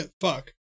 Fuck